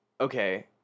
Okay